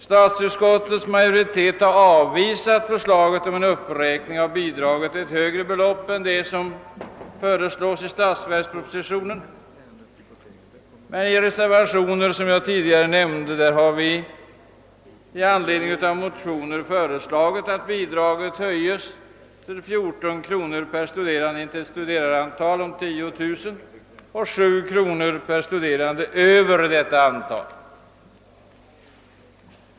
Statsutskottets majoritet har dock avvisat förslaget om en uppräkning av bidraget till högre belopp än det som föreslagits i statsverkspropositionen. Men i reservation har vi föreslagit att bidraget höjs till 14 kronor per studerande intill ett antal av 10 000 och till 7 kronor per studerande över de 10 000.